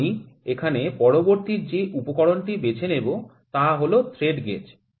আমি এখানে পরবর্তী যে উপকরণটি বেছে নেব তা হল থ্রেড গেজ বা পিচ গেজ